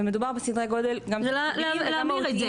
ומדובר בסדרי גודל --- להמיר את זה.